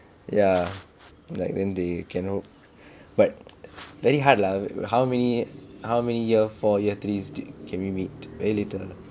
ya like then they can help but very hard lah how many how many year four year threes can we meet very little lah